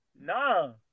No